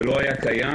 זה לא היה קיים.